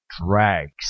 drags